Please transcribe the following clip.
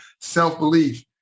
self-belief